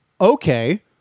okay